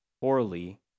poorly